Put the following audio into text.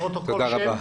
תודה רבה.